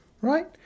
right